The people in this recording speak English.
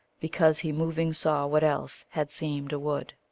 because he moving saw what else had seemed a wood.